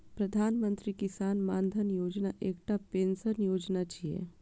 प्रधानमंत्री किसान मानधन योजना एकटा पेंशन योजना छियै